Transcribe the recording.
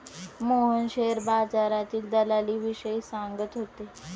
Mohan share बाजारातील दलालीविषयी सांगत होते